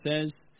says